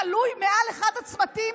תלוי מעל אחד הצמתים.